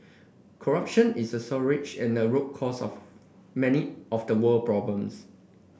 corruption is a scourge and a root cause of many of the world problems